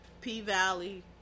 P-Valley